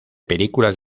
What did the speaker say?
películas